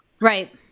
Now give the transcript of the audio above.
Right